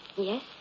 Yes